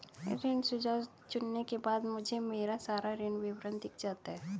ऋण सुझाव चुनने के बाद मुझे मेरा सारा ऋण विवरण दिख जाता है